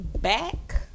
back